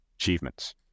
Achievements